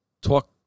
talk